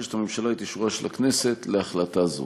מבקשת הממשלה את אישורה של הכנסת להחלטה זו.